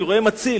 אני רואה מציל,